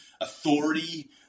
authority